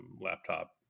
laptop